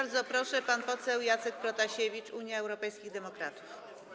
Bardzo proszę, pan poseł Jacek Protasiewicz, Unia Europejskich Demokratów.